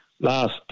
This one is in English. last